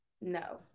no